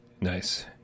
Nice